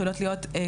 יכולות להיות קשורות,